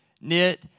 knit